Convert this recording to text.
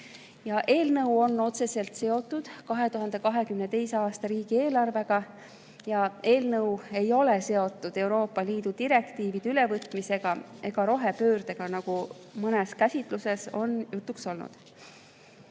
Eelnõu on otseselt seotud 2022. aasta riigieelarvega ja eelnõu ei ole seotud Euroopa Liidu direktiivide ülevõtmisega ega rohepöördega, nagu mõnes käsitluses on jutuks olnud.